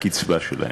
הקצבה שלהם.